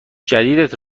جدیدت